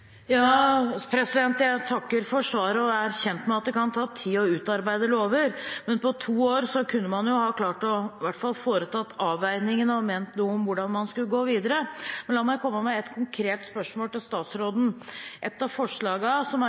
Jeg takker for svaret og er kjent med at det kan ta tid å utarbeide lover, men på to år kunne man i hvert fall ha klart å foreta avveiningene og ment noe om hvordan man skulle gå videre. Men la meg komme med et konkret spørsmål til statsråden: Et av forslagene som er